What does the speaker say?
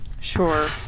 sure